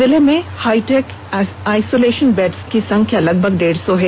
जिले में hi tech isolation beds की संख्या लगभग डेढ़ सौ है